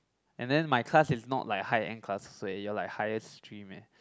and then my class is not like high end classses eh you're like highest stream leh